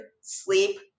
sleep